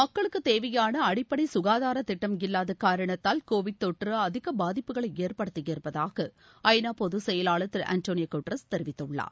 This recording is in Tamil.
மக்களுக்கு தேவையான அடிப்படை சுகாதார திட்டம் இல்லாத காரணத்தால் கோவிட் தொற்று அதிக பாதிப்புகளை ஏற்படுத்தியிருப்பதாக ஐ நா பொது செயலாளர் திரு அண்டோனியோ குட்டாரஸ் தெரிவித்துள்ளார்